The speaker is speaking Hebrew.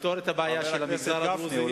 חבר הכנסת גפני.